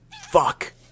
fuck